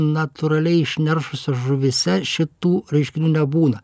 natūraliai išneršusios žuvyse šitų reiškinių nebūna